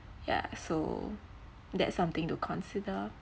ya so that's something to consider